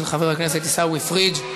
של חבר הכנסת עיסאווי פריג'.